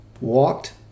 walked